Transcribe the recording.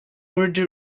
urdu